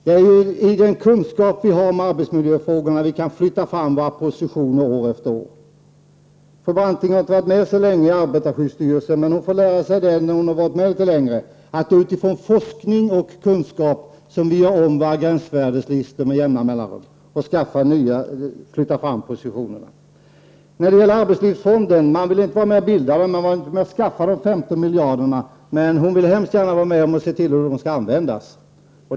Det är ju den kunskap vi har om arbetsmiljöfrågorna som gör att vi kan flytta fram våra positioner år efter år. Charlotte Branting har inte varit med så länge i arbetarskyddsstyrelsen, men när hon har varit med litet längre kommer hon att lära sig att det är genom forskning och kunskap som vi med jämna mellanrum gör om våra gränsvärdeslistor och flyttar fram positionerna. Charlotte Branting vill inte vara med om att skaffa de 15 miljarderna och bilda arbetslivsfonden, men hon vill mycket gärna vara med och avgöra hur de skall användas.